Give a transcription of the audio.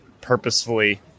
purposefully